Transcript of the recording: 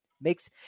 makes